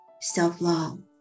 self-love